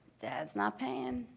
dad's not paying,